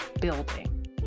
building